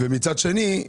ומצד שני,